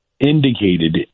indicated